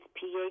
pH